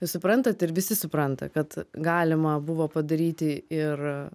suprantat ir visi suprant kad galima buvo padaryti ir